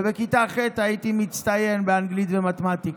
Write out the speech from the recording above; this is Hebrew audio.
ובכיתה ח' הייתי מצטיין באנגלית ומתמטיקה.